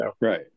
Right